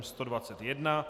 121.